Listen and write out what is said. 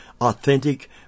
authentic